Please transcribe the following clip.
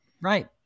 Right